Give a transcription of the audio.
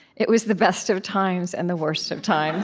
it was the best of times and the worst of times